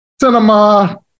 cinema